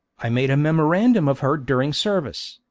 i made a memorandum of her during service,